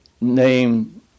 name